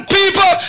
people